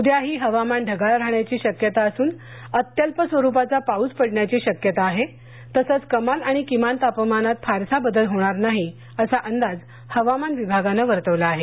उद्याही हवामान ढगाळ राहण्याची शक्यता असून अत्यल्प स्वरूपाचा पाउस पडण्याची शक्यता असून कमाल आणि किमान तापमानात फारसा बदल होणार नाही असा अंदाज हवामान विभागाने वर्तवला आहे